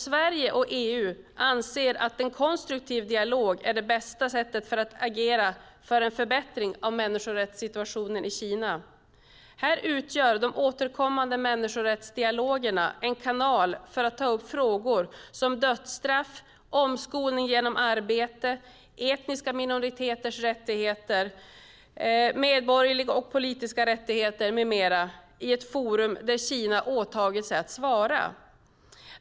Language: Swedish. Sverige och EU anser att en konstruktiv dialog är det bästa sättet att agera för en förbättring av människorättssituation i Kina. Här utgör de återkommande människorättsdialogerna en kanal för att ta upp frågor som dödsstraff, omskolning genom arbete, etniska minoriteters rättigheter, medborgerliga och politiska rättigheter med mera i ett forum där Kina åtagit sig att svara.